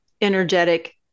energetic